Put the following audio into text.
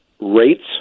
rates